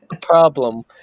problem